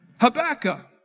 Habakkuk